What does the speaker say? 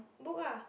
book ah